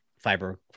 fiber